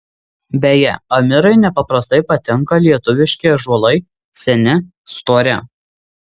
beje amirai nepaprastai patinka lietuviški ąžuolai seni stori